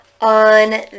on